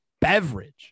beverage